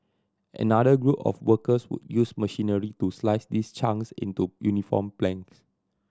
another group of workers would use machinery to slice these chunks into uniform planks